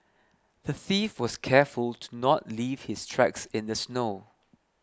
the thief was careful to not leave his tracks in the snow